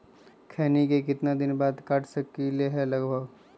खैनी को कितना दिन बाद काट सकलिये है लगभग?